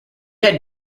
had